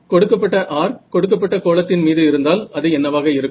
கொடுக்கப்பட்ட r கொடுக்கப்பட்ட கோளத்தின் மீது இருந்தால் அது என்னவாக இருக்கும்